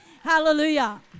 Hallelujah